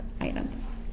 items